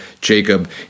Jacob